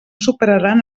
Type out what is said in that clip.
superaran